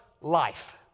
Life